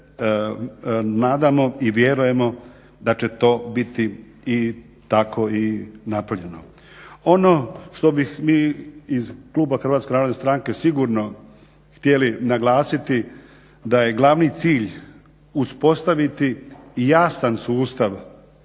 nadamo i vjerujmo da će to biti tako i napravljeno. Ono što bi mi iz kluba HNS-a sigurno htjeli naglasiti, da je glavni cilj uspostaviti jasan sustav